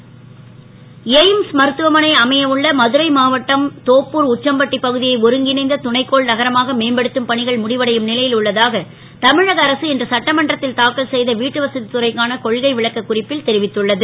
எ ம்ஸ் AIIMS மருத்துவமனை அமைய உள்ள மதுரை மாவட்டம் தோப்பூர் உச்சம்பட்டி பகு யை ஒருங்கிணைந்த துணைக் கோள் நகரமாக மேம்படுத்தும் பணிகள் முடிவடையும் லை ல் உள்ளதாக தமிழக அரசு இன்று சட்டமன்றத் ல் தாக்கல் செ த வீட்டுவச துறைக்கான கொள்கை விளக்கக் குறிப்பில் தெரிவித்துள்ளது